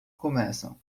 começam